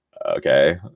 okay